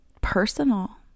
personal